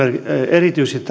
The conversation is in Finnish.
erityisesti